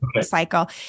cycle